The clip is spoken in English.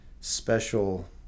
special